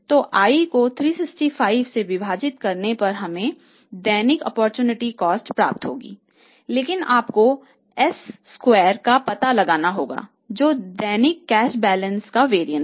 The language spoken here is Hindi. तो i को 365 से विभाजित करने पर हमें दैनिक ओप्पोरचुनिटी कॉस्ट है